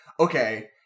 Okay